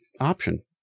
option